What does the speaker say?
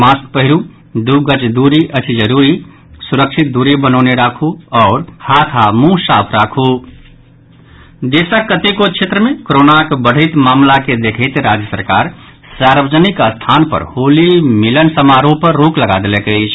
mask पहिरू दू गज दूरी अछि जरूरी सुरक्षित दूरी बनौने राखु हाथ आओर मुंह साफ रखु देशक कतेको क्षेत्र मे कोरोनाक बढ़ैत मामिला के देखैत राज्य सरकार सार्वजनिक स्थान पर होली मिलन समारोह पर रोक लगा देलक अछि